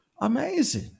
Amazing